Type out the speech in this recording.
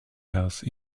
house